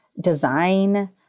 Design